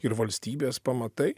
ir valstybės pamatai